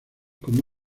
como